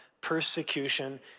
persecution